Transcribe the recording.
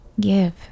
give